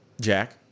Jack